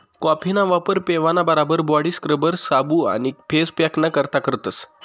कॉफीना वापर पेवाना बराबर बॉडी स्क्रबर, साबू आणि फेस पॅकना करता करतस